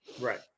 Right